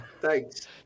thanks